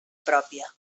pròpia